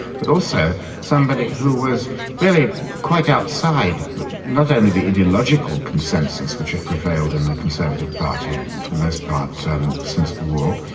but also somebody who was really quite outside not only the ideological consensus which had prevailed in the conservative party for the most part um since the war,